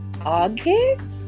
August